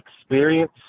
experience